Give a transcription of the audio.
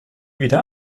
wieder